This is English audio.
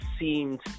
seemed